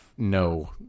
No